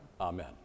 Amen